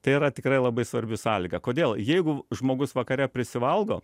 tai yra tikrai labai svarbi sąlyga kodėl jeigu žmogus vakare prisivalgo